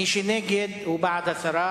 מי שנגד, הוא בעד הסרה.